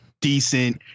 Decent